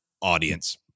audience